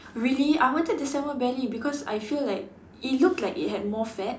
really I wanted the salmon belly because I feel like it looked like it had more fats